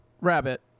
Rabbit